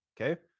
Okay